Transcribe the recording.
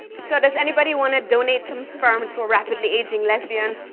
so, does anybody want to donate some sperm into a rapidly aging lesbian?